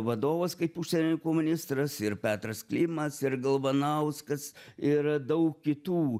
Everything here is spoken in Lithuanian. vadovas kaip užsienio reikalų ministras ir petras klimas ir galvanauskas ir daug kitų